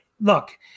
look